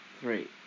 three